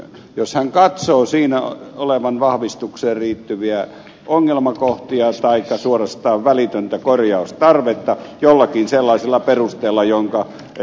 jos hän katsoo siinä olevan vahvistukseen liittyviä ongelmakohtia taikka suorastaan välitöntä korjaustarvetta jollakin sellaisella perusteella jonka ed